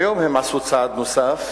היום הם עשו צעד נוסף